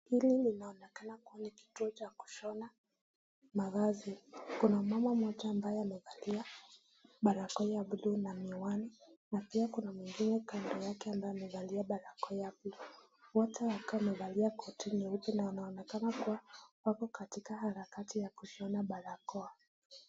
Hili linaonekana kuwa kituo cha kushonea mavazi. Kuna mama moja ambaye amevalia barakoa ya blue na miwani na pia kuna mwingine kando yake ambaye amevalia barakoa ya blue wote wakiwa wamevalia koti nyeupe na wanaonekana kuwa wako katika harakati ya kushona barakoa.